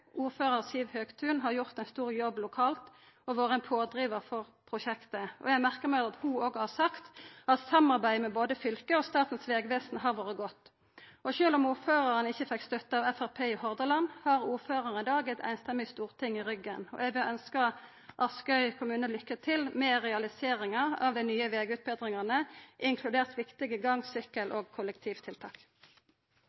Ordførar Siv Høgtun har gjort ein stor jobb lokalt og har vore ein pådrivar for prosjektet. Eg merkar meg at ho har sagt at samarbeidet både med fylket og Statens vegvesen har vore godt. Sjølv om ordføraren ikkje fekk støtte av Framstegspartiet i Hordaland, har ordføraren i dag eit samrøystes Storting i ryggen. Eg vil ønska Askøy kommune lykke til med realiseringa av dei nye vegutbetringane, inkludert viktige gang-, sykkel-